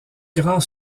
grand